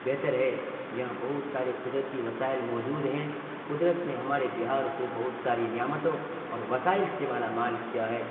بہتر ہے یہاں بہت سارے قدرتی وسائل موجود ہیں قدرت نے ہمارے بہار کو بہت ساری نعمتوں اور وسائل سے مالا مال کیا ہے